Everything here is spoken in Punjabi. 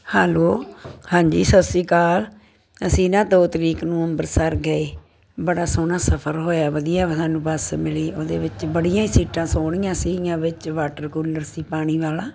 ਹੈਲੋ ਹਾਂਜੀ ਸਤਿ ਸ਼੍ਰੀ ਅਕਾਲ ਅਸੀਂ ਨਾ ਦੋ ਤਰੀਕ ਨੂੰ ਅੰਮ੍ਰਿਤਸਰ ਗਏ ਬੜਾ ਸੋਹਣਾ ਸਫ਼ਰ ਹੋਇਆ ਵਧੀਆ ਬ ਸਾਨੂੰ ਬਸ ਮਿਲੀ ਉਹਦੇ ਵਿੱਚ ਬੜੀਆਂ ਹੀ ਸੀਟਾਂ ਸੋਹਣੀਆਂ ਸੀਗੀਆਂ ਵਿੱਚ ਵਾਟਰ ਕੂਲਰ ਸੀ ਪਾਣੀ ਵਾਲਾ